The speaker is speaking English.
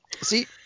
see